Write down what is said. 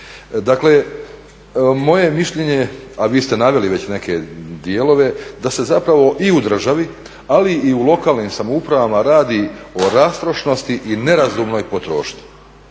Dakle moje je mišljenje, a vi ste naveli već neke dijelove, da se zapravo i u državi ali i u lokalnim samoupravama radi o rastrošnosti i nerazumnoj potrošnji.